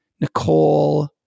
Nicole